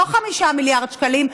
לא 5 מיליארד שקלים,